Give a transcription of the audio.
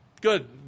Good